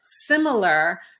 similar